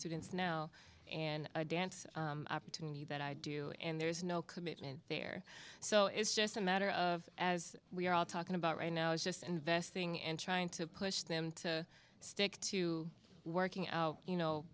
students now and a dance opportunity that i do and there's no commitment there so it's just a matter of as we're all talking about right now is just investing and trying to push them to stick to working out you know